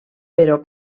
però